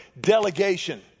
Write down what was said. delegation